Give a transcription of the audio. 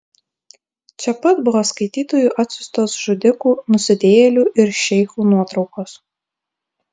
čia pat buvo skaitytojų atsiųstos žudikų nusidėjėlių ir šeichų nuotraukos